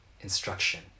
instruction